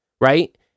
right